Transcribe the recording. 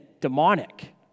demonic